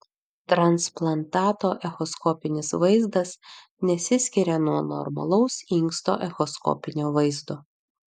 transplantato echoskopinis vaizdas nesiskiria nuo normalaus inksto echoskopinio vaizdo